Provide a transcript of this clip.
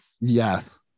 Yes